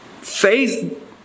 faith